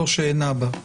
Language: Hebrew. לא שאין אבא.